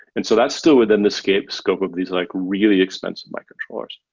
and so that's still within the scope scope of these like really expensive microcontrollers.